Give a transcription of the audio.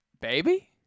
baby